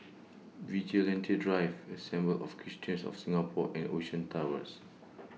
Vigilante Drive Assembly of Christians of Singapore and Ocean Towers